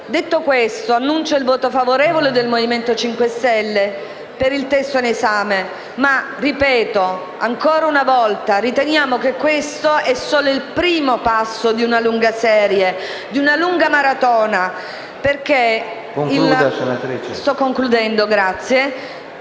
Detto questo, annuncio il voto favorevole del Movimento 5 Stelle sul testo in esame, ma, ancora una volta, noi riteniamo che questo sia solo il primo passo di una lunga serie, di una lunga maratona.